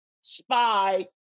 spy